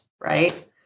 right